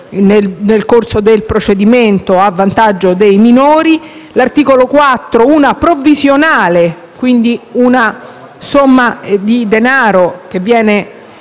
nel corso del procedimento a vantaggio dei minori; l'articolo 4, che prevede una provvisionale, quindi una somma di denaro che viene